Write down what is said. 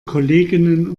kolleginnen